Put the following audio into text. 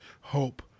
hope